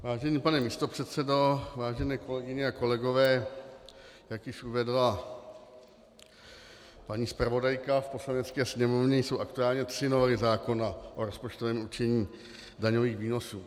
Vážený pane místopředsedo, vážené kolegyně a kolegové, jak již uvedla paní zpravodajka, v Poslanecké sněmovně jsou aktuálně tři novely zákona o rozpočtovém určení daňových výnosů.